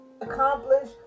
Accomplish